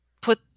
put